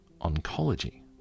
oncology